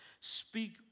Speak